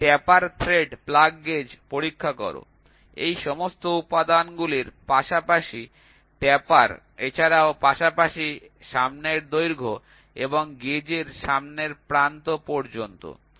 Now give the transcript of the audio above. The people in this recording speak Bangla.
একটি ট্যাপার থ্রেড প্লাগ গেজ পরীক্ষা কর এই সমস্ত উপাদানগুলির পাশাপাশি ট্যাপার এছাড়াও পাশাপাশি সামনের দৈর্ঘ্য এবং গেজের সামনের প্রান্ত পর্যন্ত